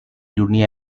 dunia